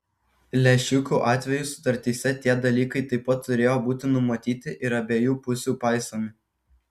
lęšiukų atveju sutartyse tie dalykai taip pat turėjo būti numatyti ir abiejų pusių paisomi